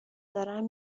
دارم